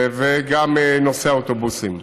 וכן נושא האוטובוסים.